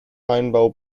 weinbau